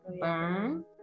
Burn